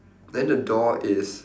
then the door is